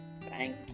thank